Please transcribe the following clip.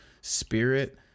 spirit